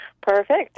Perfect